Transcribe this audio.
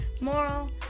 moral